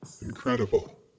Incredible